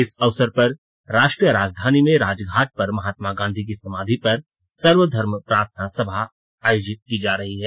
इस अवसर पर राष्ट्रीय राजधानी में राजघाट पर महात्मा गांधी की समाधि पर सर्वधर्म प्रार्थना सभा आयोजित की जा रही है